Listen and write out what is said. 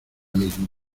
mismo